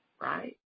Right